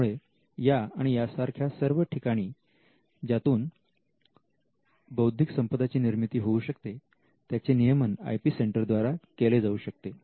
त्यामुळे या आणि यासारख्या सर्व ठिकाणे ज्यातून बौद्धिक संपदा ची निर्मिती होऊ शकते त्याचे नियमन आय पी सेंटरद्वारे केले जाऊ शकते